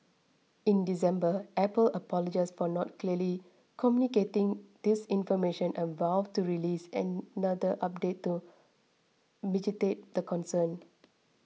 in December Apple apologised for not clearly communicating this information and vowed to release another update to mitigate the concern